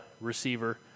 receiver